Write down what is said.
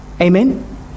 Amen